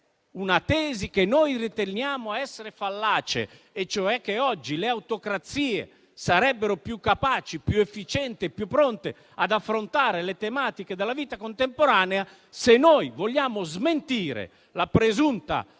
una tesi che riteniamo essere fallace, cioè che oggi le autocrazie sarebbero più capaci, più efficienti e più pronte ad affrontare le tematiche della vita contemporanea. Se dunque vogliamo smentire la presunta